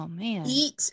eat